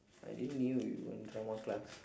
I didn't knew you were in drama class